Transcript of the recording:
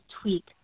tweak